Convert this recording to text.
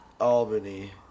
Albany